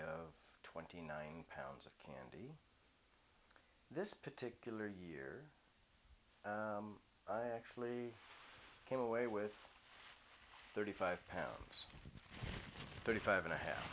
of twenty nine pounds of candy this particular year i actually came away with thirty five pounds thirty five and a half